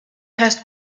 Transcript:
reste